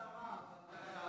גברתי השרה,